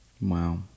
Wow